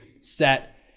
set